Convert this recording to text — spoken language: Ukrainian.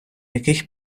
яких